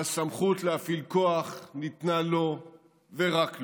והסמכות להפעיל כוח ניתנה לא ורק לו.